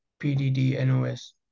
PDD-NOS